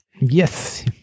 yes